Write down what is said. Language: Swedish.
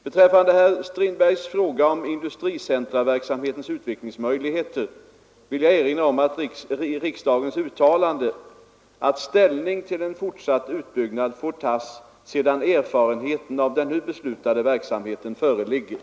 Beträffande herr Strindbergs fråga om industricentraverksamhetens utvecklingsmöjligheter vill jag erinra om riksdagens uttalande att ställning till en fortsatt utbyggnad får tas sedan erfarenheten av den nu beslutade verksamheten föreligger.